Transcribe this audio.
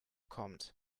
kommt